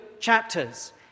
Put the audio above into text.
chapters